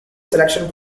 selection